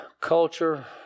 culture